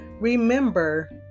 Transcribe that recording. remember